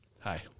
Hi